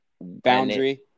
Boundary